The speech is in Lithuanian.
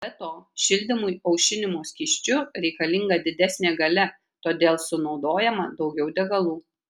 be to šildymui aušinimo skysčiu reikalinga didesnė galia todėl sunaudojama daugiau degalų